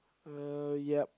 uh yep